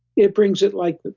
it brings it like this.